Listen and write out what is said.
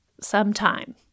sometime